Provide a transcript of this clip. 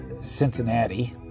Cincinnati